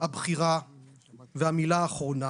הבחירה והמילה האחרונה